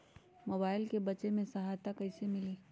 Mobile से बेचे में सहायता कईसे मिली?